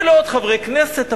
ולעוד חברי כנסת.